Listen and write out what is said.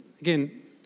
again